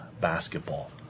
basketball